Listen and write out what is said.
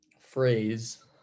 phrase